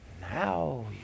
Now